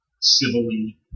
civilly